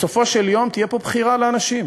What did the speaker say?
בסופו של יום תהיה פה בחירה לאנשים,